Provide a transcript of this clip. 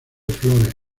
flores